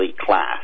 class